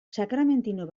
sakramentino